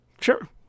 Sure